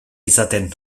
izaten